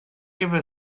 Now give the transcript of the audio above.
give